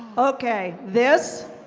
okay, this